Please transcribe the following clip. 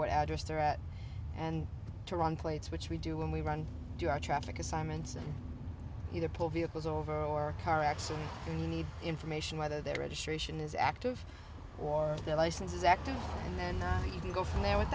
what address they're at and to run plates which we do when we run our traffic assignments and either pull vehicles over or a car accident and need information whether their registration is active or their license is active and then i can go from there with